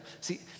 see